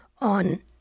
on